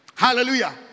Hallelujah